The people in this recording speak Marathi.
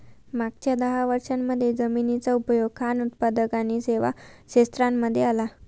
मागच्या दहा वर्षांमध्ये जमिनीचा उपयोग खान उत्पादक आणि सेवा क्षेत्रांमध्ये आला